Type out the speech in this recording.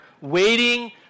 waiting